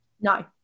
No